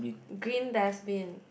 green dustbin